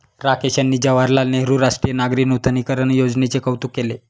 राकेश यांनी जवाहरलाल नेहरू राष्ट्रीय नागरी नूतनीकरण योजनेचे कौतुक केले